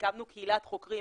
הקמנו קהילת חוקרים,